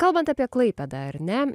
kalbant apie klaipėdą ar ne